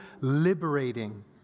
liberating